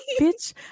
Bitch